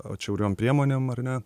atšiauriom priemonėm ar ne